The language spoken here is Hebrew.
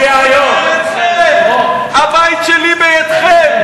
מכפישים אותנו ותוקפים אותנו.